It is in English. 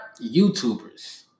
YouTubers